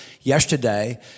yesterday